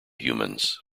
humans